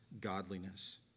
godliness